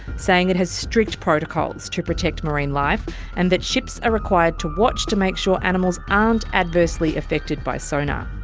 saying it has strict protocols to protect marine life and that ships are required to watch to make sure animals aren't adversely effected by sonar.